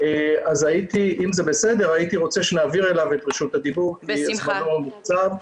הייתי רוצה שנעביר אליו את רשות הדיבור כי זמנו מוקצב.